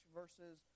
versus